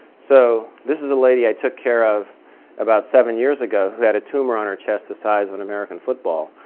so this is a lady i took care of about seven years ago who had a tumor on her chest the size of an american football.